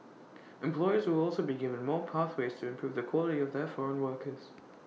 employers will also be given more pathways to improve the quality of their foreign workers